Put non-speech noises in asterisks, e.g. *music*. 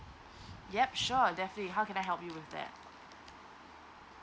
*breath* yup sure daphne how can I help you with that